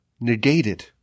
negated